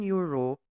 Europe